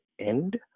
end